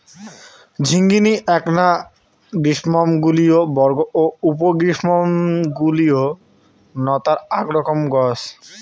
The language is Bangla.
ঝিঙ্গিনী এ্যাকনা গ্রীষ্মমণ্ডলীয় বর্গ ও উপ গ্রীষ্মমণ্ডলীয় নতার আক রকম গছ